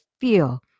feel